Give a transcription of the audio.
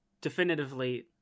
Definitively